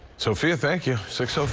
sofia, thank you. six so